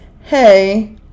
hey